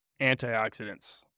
antioxidants